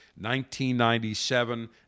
1997